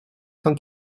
cent